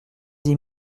dix